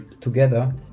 together